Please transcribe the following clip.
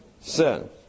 Sin